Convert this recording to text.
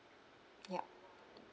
yup